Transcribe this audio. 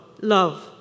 love